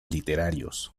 literarios